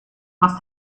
must